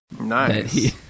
nice